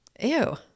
ew